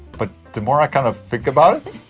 but the more i kind of think about it.